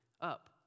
Up